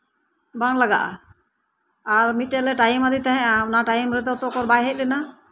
ᱵᱟᱝ ᱞᱟᱜᱟᱜᱼᱟ ᱟᱨ ᱢᱤᱫᱴᱟᱱ ᱞᱮ ᱴᱟᱭᱤᱢ ᱟᱫᱮ ᱟᱫᱮ ᱛᱟᱸᱦᱮᱱ ᱚᱱᱟ ᱴᱟᱭᱤᱢ ᱨᱮᱛᱚ ᱵᱟᱭ ᱦᱮᱡ ᱞᱮᱱᱟ